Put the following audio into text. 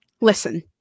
listen